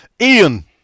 Ian